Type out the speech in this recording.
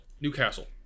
Newcastle